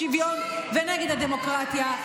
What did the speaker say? נגד השוויון ונגד הדמוקרטיה,